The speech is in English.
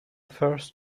first